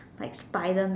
like Spiderman